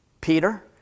Peter